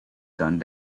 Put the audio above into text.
done